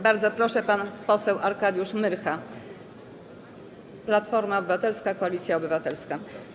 Bardzo proszę, pan poseł Arkadiusz Myrcha, Platforma Obywatelska - Koalicja Obywatelska.